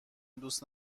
دوست